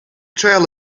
trail